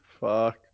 fuck